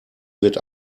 wird